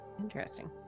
Interesting